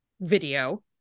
video